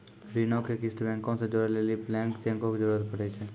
ऋणो के किस्त बैंको से जोड़ै लेली ब्लैंक चेको के जरूरत पड़ै छै